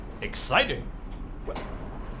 Exciting